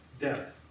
death